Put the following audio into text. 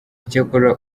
icyakora